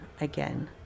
again